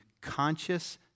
conscious